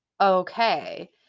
okay